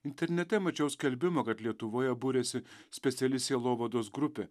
internete mačiau skelbimą kad lietuvoje buriasi speciali sielovados grupė